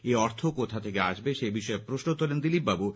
এই অর্থ কোথা থেকে আসবে সে বিষয়েও প্রশ্ন তোলেন দিলীপবাবু